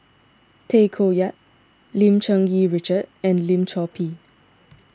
Tay Koh Yat Lim Cherng Yih Richard and Lim Chor Pee